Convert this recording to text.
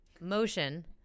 motion